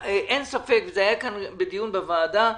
אין ספק, זה היה כאן בדיון בוועדה,